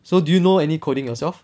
so do you know any coding yourself